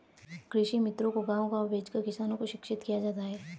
कृषि मित्रों को गाँव गाँव भेजकर किसानों को शिक्षित किया जाता है